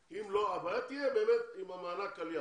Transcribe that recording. הבעיה תהיה עם מענק העלייה,